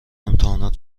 امتحانات